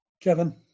Kevin